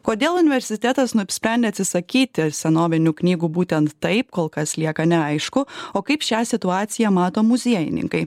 kodėl universitetas nusprendė atsisakyti senovinių knygų būtent taip kol kas lieka neaišku o kaip šią situaciją mato muziejininkai